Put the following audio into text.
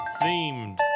themed